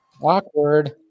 Awkward